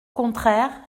contraire